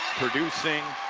producing,